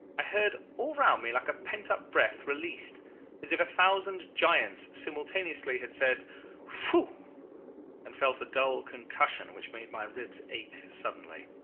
i heard all round me like a pent-up breath released as if a thousand giants simultaneously had said phoo and felt a dull concussion which made my ribs ache suddenly.